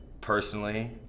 personally